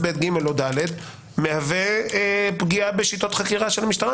הסעיפים מהווה פגיעות בשיטות חקירה של המשטרה.